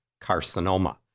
carcinoma